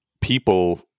people